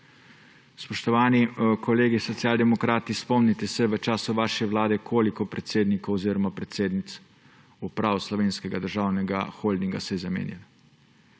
Spoštovani kolegi Social demokrati, spomnite se, koliko predsednikov oziroma predsednic uprav Slovenskega državnega holdinga se je v času